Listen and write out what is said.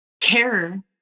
care